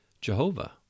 Jehovah